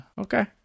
Okay